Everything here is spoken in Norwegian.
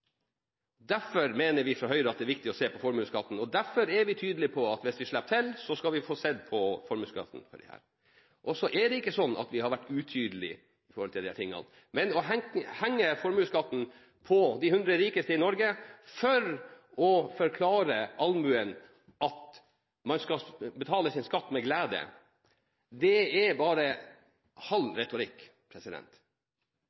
Derfor mener vi fra Høyre at det er viktig å se på formuesskatten, og derfor er vi tydelige på at hvis vi slipper til, skal vi få sett på formuesskatten her. Så er det ikke slik at vi har vært utydelige med hensyn til disse tingene, men å henge formuesskatten på de hundre rikeste i Norge for å forklare allmuen at man skal betale sin skatt med glede, er bare